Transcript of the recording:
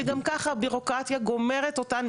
שגם ככה הבירוקרטיה גומרת אותן,